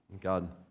God